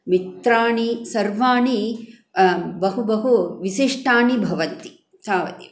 मित्राणि सर्वाणि बहुबहुविसिष्टानि भवन्ति तावदेव